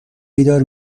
بیدار